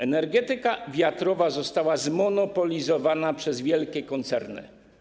Energetyka wiatrowa została zmonopolizowana przez wielkie koncerny.